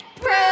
Prove